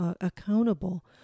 accountable